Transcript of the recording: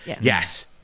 yes